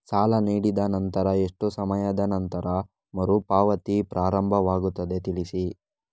ಸಾಲ ನೀಡಿದ ನಂತರ ಎಷ್ಟು ಸಮಯದ ನಂತರ ಮರುಪಾವತಿ ಪ್ರಾರಂಭವಾಗುತ್ತದೆ ತಿಳಿಸಿ?